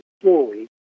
fully